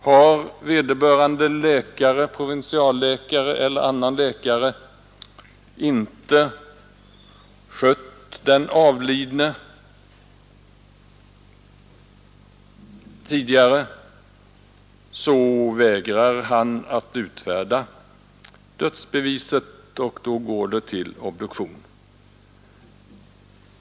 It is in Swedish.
Har vederbörande provinsialläkare eller annan läkare inte vårdat den avlidne tidigare, så vägrar han att utfärda dödsbevis, och då går fallet till obduktion.